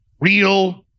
real